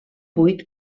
buit